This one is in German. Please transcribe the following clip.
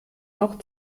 auch